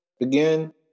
again